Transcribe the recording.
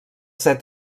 set